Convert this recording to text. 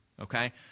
okay